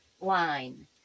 line